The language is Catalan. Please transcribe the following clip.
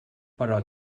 però